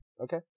Okay